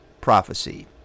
prophecy